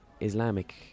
Islamic